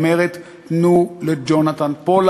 הוא אמור היה להשתחרר בתאריך הזה.